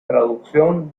traducción